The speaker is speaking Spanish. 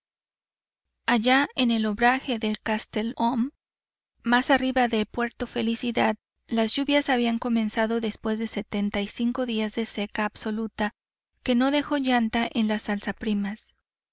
allá en el obraje de castelhum más arriba de puerto felicidad las lluvias habían comenzado después de setenta y cinco días de seca absoluta que no dejó llanta en las